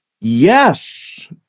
Yes